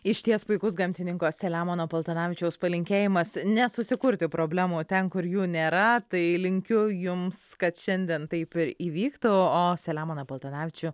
išties puikus gamtininko selemono paltanavičiaus palinkėjimas nesusikurti problemų ten kur jų nėra tai linkiu jums kad šiandien taip ir įvyktų o selemoną paltanavičių